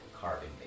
carbon